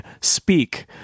Speak